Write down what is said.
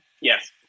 Yes